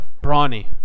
Brawny